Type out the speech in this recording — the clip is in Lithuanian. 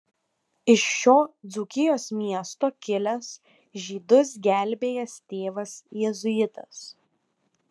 iš šio dzūkijos miesto kilęs žydus gelbėjęs tėvas jėzuitas